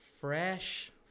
Fresh